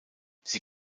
sie